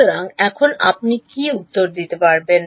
সুতরাং এখন আপনি কি উত্তর দিতে পারবেন